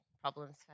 problems